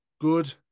good